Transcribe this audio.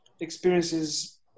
experiences